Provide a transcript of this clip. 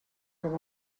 com